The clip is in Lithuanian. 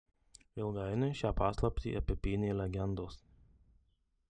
ilgainiui šią paslaptį apipynė legendos